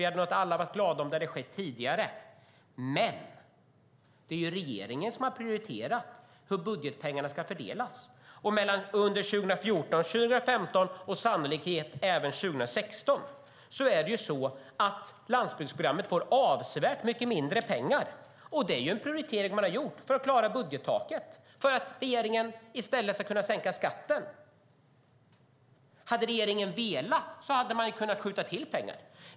Vi hade nog alla varit glada om det hade skett tidigare. Men det är regeringen som har prioriterat hur budgetpengarna ska fördelas. Och under 2014 och 2015 och sannolikt även 2016 får landsbygdsprogrammet avsevärt mycket mindre pengar. Det är en prioritering man har gjort för att klara budgettaket, för att regeringen i stället ska kunna sänka skatten. Hade regeringen velat hade man kunnat skjuta till pengar.